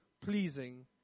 pleasing